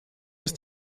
ist